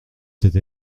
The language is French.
cette